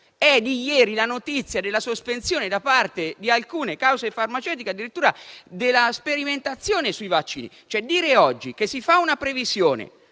di ieri la notizia della sospensione da parte di alcune case farmaceutiche addirittura della sperimentazione sui vaccini. Dire oggi che si fa una previsione